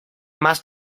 más